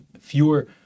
fewer